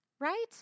Right